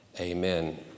amen